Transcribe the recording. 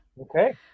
Okay